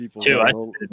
Two